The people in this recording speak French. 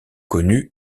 connu